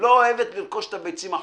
לא אוהבת לרכוש את הביצים החומות,